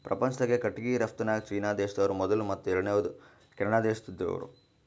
ಪ್ರಪಂಚ್ದಾಗೆ ಕಟ್ಟಿಗಿ ರಫ್ತುನ್ಯಾಗ್ ಚೀನಾ ದೇಶ್ದವ್ರು ಮೊದುಲ್ ಮತ್ತ್ ಎರಡನೇವ್ರು ಕೆನಡಾ ದೇಶ್ದವ್ರು